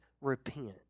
repent